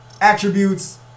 attributes